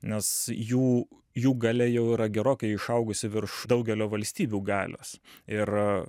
nes jų jų galia jau yra gerokai išaugusi virš daugelio valstybių galios ir